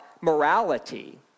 morality